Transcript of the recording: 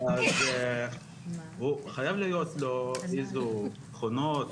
חייב להיות לו תכונות,